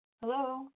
Hello